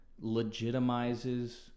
legitimizes